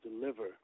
deliver